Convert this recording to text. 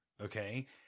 Okay